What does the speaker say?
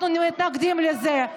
אנחנו מתנגדים לזה.